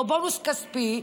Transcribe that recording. או בונוס כספי,